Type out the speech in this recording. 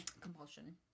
compulsion